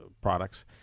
products